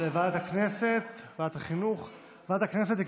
שתקבע ועדת הכנסת נתקבלה.